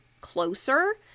closer